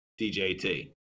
DJT